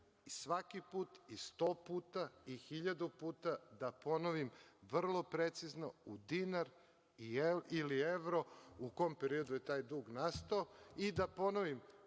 svaki put i sto puta i hiljadu puta da ponovim vrlo precizno u dinar ili evro u kom periodu je taj dug nastao i da ponovim